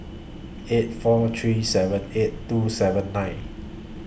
eight four three seven eight two seven nine